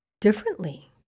differently